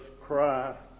Christ